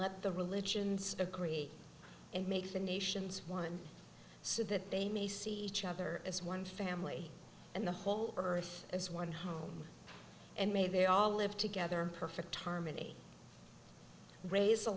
let the religions agree and make the nations one so that they may see each other as one family and the whole earth as one home and may they all live together perfect harmony raise a